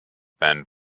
bend